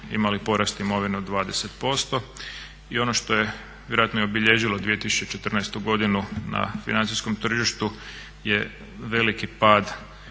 imali porast imovine od 20%. I ono što je vjerojatno obilježilo 2014.godinu na financijskom tržištu je veliki pad